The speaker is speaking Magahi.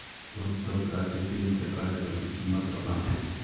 बहुत सब राज्य केंद्र सरकारेर स्कीमक अपनाछेक